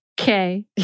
Okay